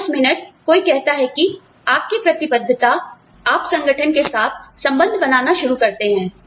अब उस मिनट कोई कहता है कि आपकी प्रतिबद्धता आप संगठन के साथ संबंध बनाना शुरू करते हैं